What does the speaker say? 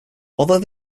although